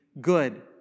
good